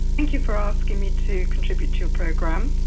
thank you for asking me to contribute to your program.